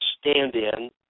stand-in